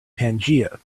pangaea